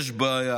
יש בעיה